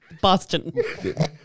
Boston